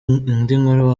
nkuru